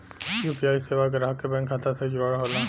UPI सेवा ग्राहक के बैंक खाता से जुड़ल होला